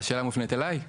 השאלה מופנית אליי?